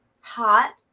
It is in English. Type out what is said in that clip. hot